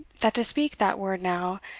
that to speak that word now,